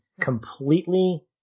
completely